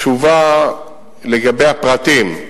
התשובה לגבי הפרטים.